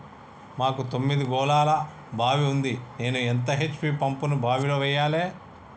మాకు తొమ్మిది గోళాల బావి ఉంది నేను ఎంత హెచ్.పి పంపును బావిలో వెయ్యాలే?